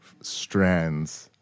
strands